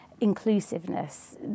inclusiveness